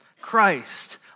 Christ